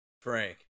Frank